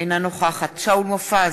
אינה נוכחת שאול מופז,